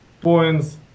points